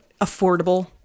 affordable